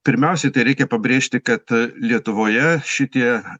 pirmiausiai tai reikia pabrėžti kad lietuvoje šitie